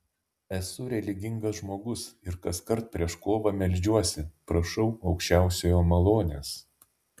esu religingas žmogus ir kaskart prieš kovą meldžiuosi prašau aukščiausiojo malonės